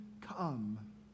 come